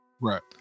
right